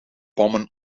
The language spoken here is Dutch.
bommen